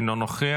אינו נוכח.